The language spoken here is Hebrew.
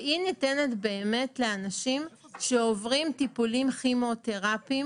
והיא ניתנת לאנשים שעוברים טיפולים כימותרפיים